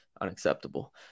unacceptable